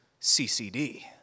CCD